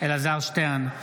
אלעזר שטרן,